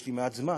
יש לי מעט זמן,